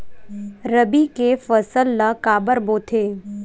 रबी के फसल ला काबर बोथे?